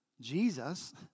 Jesus